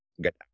get